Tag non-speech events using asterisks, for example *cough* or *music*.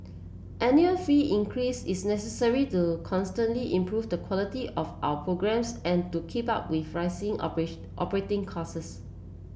annual fee increase is necessary to constantly improve the quality of our programmes and to keep up with rising *unintelligible* operating costs